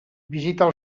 visita